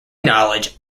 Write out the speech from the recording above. knowledge